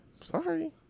Sorry